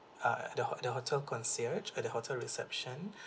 uh the hot the hotel concierge uh the hotel reception